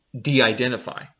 de-identify